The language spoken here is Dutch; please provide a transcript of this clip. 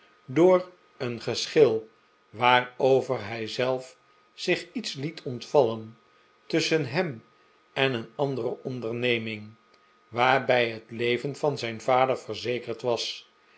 door een geschil waarover hij zelf zich iets liet ontvallen tusschen hem en een andere onderneming waarbij het leven van zijn vader verzekerd was